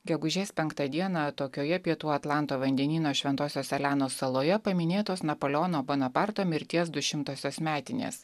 gegužės penktą dieną atokioje pietų atlanto vandenyno šventosios elenos saloje paminėtos napoleono bonaparto mirties du šimtosios metinės